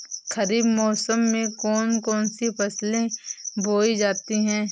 खरीफ मौसम में कौन कौन सी फसलें बोई जाती हैं?